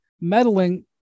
meddling